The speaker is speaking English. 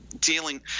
dealing